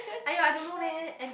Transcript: !aiyo! I don't know leh and